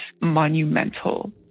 monumental